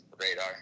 radar